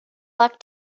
luck